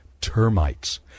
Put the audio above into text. termites